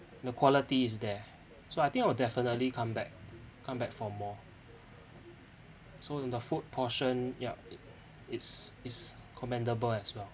the quality is there so I think I will definitely come back come back for more so and the food portion yup it's is commendable as well